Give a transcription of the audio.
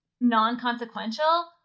non-consequential